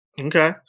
okay